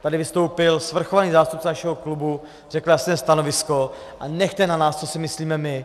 Tady vystoupil svrchovaný zástupce našeho klubu, řekla jste stanovisko a nechte na nás, co si myslíme my.